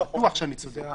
אני בטוח שאני צודק.